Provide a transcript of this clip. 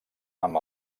amb